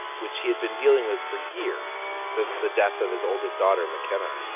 which he had been dealing with for years, since the death of his oldest daughter, mckenna,